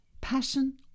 passion